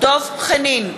דב חנין,